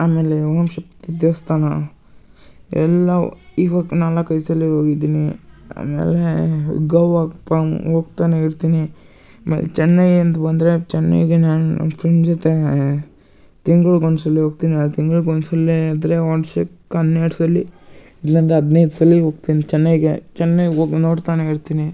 ಆಮೇಲೆ ಓಂ ಶಕ್ತಿ ದೇವಸ್ಥಾನ ಎಲ್ಲವೂ ಇವಾಗ ನಾಲ್ಕು ಐದು ಸಲ ಹೋಗಿದ್ದೀನಿ ಆಮೇಲೆ ಗೋವಾಗೆ ಹೋಗ್ತಾನೆ ಇರ್ತೀನಿ ಆಮೇಲೆ ಚೆನ್ನೈ ಅಂತ ಬಂದರೆ ಚೆನ್ನೈಗೆ ನಾನು ಫ್ರೆಂಡ್ ಜೊತೆ ತಿಂಗ್ಳಿಗ್ ಒಂದು ಸಲ ಹೋಗ್ತಿನಿ ಆ ತಿಂಗ್ಳಿಗ್ ಒಂದು ಸಲ ಆದರೆ ವರ್ಷಕ್ಕೆ ಹನ್ನೆರಡು ಸಲ ಇಲ್ಲಾಂದ್ರೆ ಹದಿನೈದು ಸಲ ಹೋಗ್ತೀನಿ ಚೆನ್ನೈಗೆ ಚೆನ್ನೈಗೆ ಹೋಗ್ ನೋಡ್ತಾನೇ ಇರ್ತೀನಿ